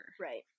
Right